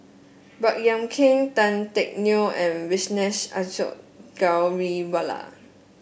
Baey Yam Keng Tan Teck Neo and Vijesh Ashok Ghariwala